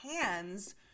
hands